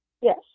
Yes